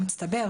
מצטבר,